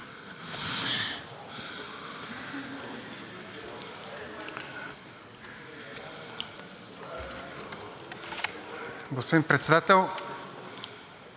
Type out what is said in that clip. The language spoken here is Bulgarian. Господин Председател,